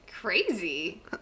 Crazy